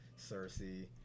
Cersei